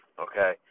okay